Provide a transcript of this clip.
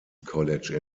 college